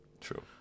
True